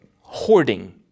hoarding